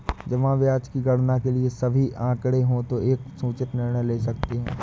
जमा ब्याज की गणना के लिए सभी आंकड़े हों तो एक सूचित निर्णय ले सकते हैं